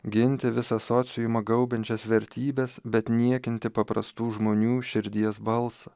ginti visą sociumą gaubiančias vertybes bet niekinti paprastų žmonių širdies balsą